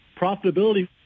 profitability